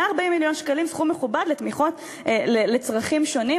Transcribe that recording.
140 מיליון שקלים סכום מכובד לתמיכות לצרכים שונים.